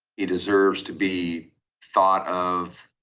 he deserves to be thought of